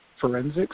forensics